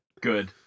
Good